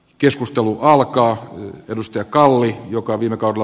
keskustelu alkaa mustakallio joka viime kauden